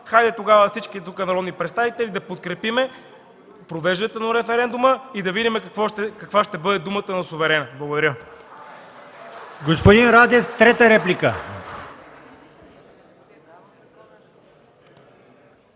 хайде, всички народни представители тук да подкрепим провеждането на референдума и да видим каква ще бъде думата на суверена. Благодаря.